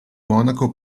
monaco